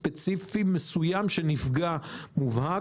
ספציפי ומסוים שנפגע באופן מובהק.